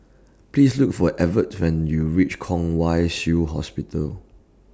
Please Look For Evertt when YOU REACH Kwong Wai Shiu Hospital